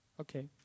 Okay